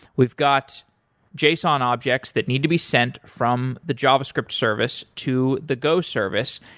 we've got json objects that need to be sent from the javascript service to the go service.